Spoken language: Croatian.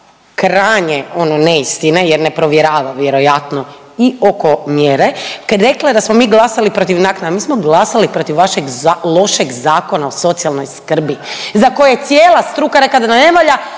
krajnje ono neistine jer ne provjerava vjerojatno i oko mjere. Rekla je da smo mi glasali protiv naknada, mi smo glasali protiv vašeg lošeg Zakona o socijalnoj skrbi za kojeg je cijela struka da ne valja,